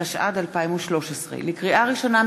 התשע"ד 2013. לקריאה ראשונה,